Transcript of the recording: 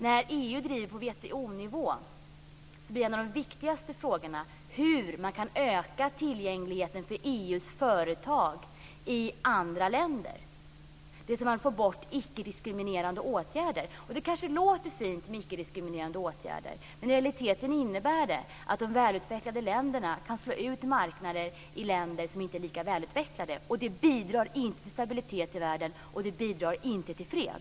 När EU driver frågor på WTO-nivå blir en av de viktigaste frågorna hur man kan öka tillgängligheten för EU:s företag i andra länder - att få bort icke-diskriminerande åtgärder. Det kanske låter fint med icke-diskriminerande åtgärder. Men i realiteten innebär det att de välutvecklade länderna kan slå ut marknader i länder som inte är lika välutvecklade, och det bidrar inte till stabilitet i världen, och det bidrar inte till fred.